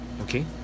Okay